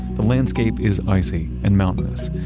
the landscape is icy and mountainous.